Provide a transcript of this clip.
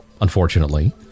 unfortunately